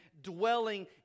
dwelling